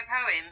poem